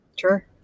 Sure